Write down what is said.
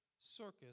circus